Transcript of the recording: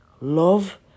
love